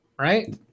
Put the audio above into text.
right